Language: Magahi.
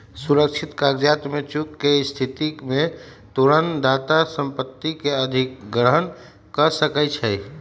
सुरक्षित करजा में चूक के स्थिति में तोरण दाता संपत्ति के अधिग्रहण कऽ सकै छइ